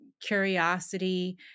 Curiosity